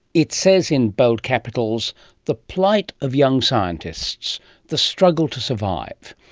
it says in bold capitals the plight of young scientists the struggle to survive,